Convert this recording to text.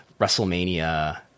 WrestleMania